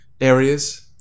areas